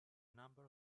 number